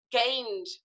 gained